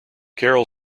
carol